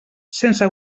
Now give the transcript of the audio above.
sense